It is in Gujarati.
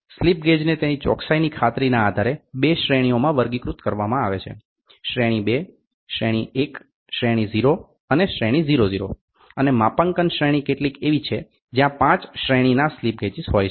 સ્લિપ ગેજને તેની ચોકસાઈની ખાતરીના આધારે બે શ્રેણીઓમાં વર્ગીકૃત કરવામાં આવે છે શ્રેણી 2 શ્રેણી 1 શ્રેણી 0 શ્રેણી 00 અને માપાંકન શ્રેણી કેટલીક એવી છે જ્યાં 5 શ્રેણીના સ્લિપ ગેજીસ હોય છે